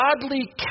godly